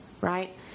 right